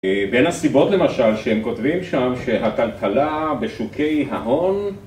בין הסיבות למשל שהם כותבים שם שהטלטלה בשוקי ההון